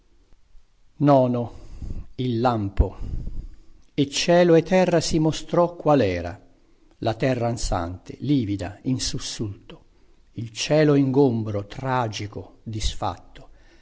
solo e cielo e terra si mostrò qual era la terra ansante livida in sussulto il cielo ingombro tragico disfatto